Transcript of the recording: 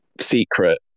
secret